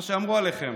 מה שאמרו עליכם,